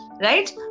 Right